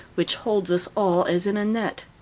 which holds us all as in a net.